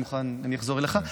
אני אחזור אליך.